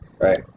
Right